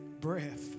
breath